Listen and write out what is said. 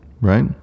right